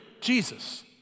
Jesus